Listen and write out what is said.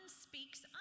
speaks